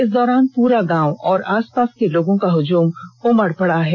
इस दौरान पूरा गांव और आसपास के लोगों का हुजूम उमड़ पड़ा है